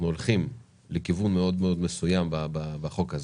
הולכים לכיוון מאוד מאוד מסוים בחוק הזה,